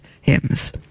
hymns